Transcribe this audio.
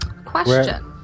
Question